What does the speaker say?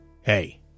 Hey